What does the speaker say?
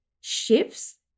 shifts